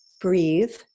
breathe